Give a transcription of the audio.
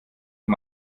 auf